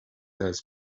has